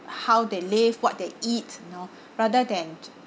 how they live what they eat you know rather than